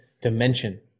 dimension